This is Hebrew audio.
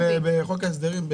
בחוק ההסדרים,